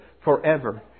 forever